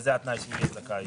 וזה התנאי שהוא יהיה זכאי.